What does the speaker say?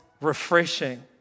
refreshing